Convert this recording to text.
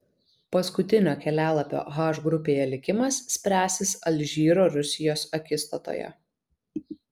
paskutinio kelialapio h grupėje likimas spręsis alžyro rusijos akistatoje